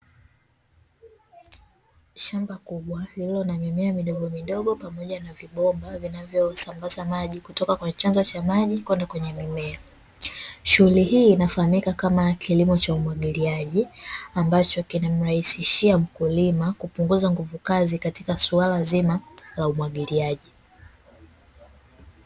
Shamba kubwa lilio na mimea midogo midogo pamoja na vibomba vinavyosambaza maji kutoka kwenye chanzo cha maji kwenda kwenye mimea. shughuli hii inafahamika kama kilimo cha umwagiliaji, ambacho kinamrahisishia mkulima kupunguza nguvu kazi katika swala zima la umwagiliaji.